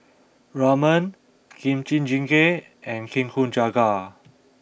Ramen Kimchi Jjigae and Nikujaga